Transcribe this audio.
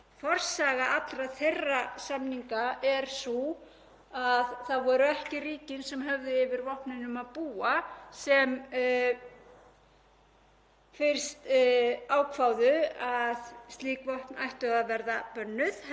fyrst ákváðu að slík vopn ættu að vera bönnuð heldur voru það einmitt aðrar þjóðir sem með þrýstingi á alþjóðavettvangi